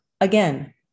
Again